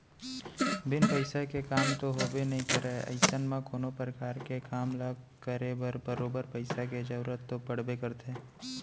बिन पइसा के काम तो होबे नइ करय अइसन म कोनो परकार के काम ल करे बर बरोबर पइसा के जरुरत तो पड़बे करथे